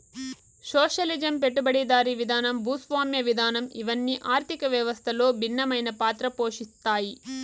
socialism పెట్టుబడిదారీ విధానం భూస్వామ్య విధానం ఇవన్ని ఆర్థిక వ్యవస్థలో భిన్నమైన పాత్ర పోషిత్తాయి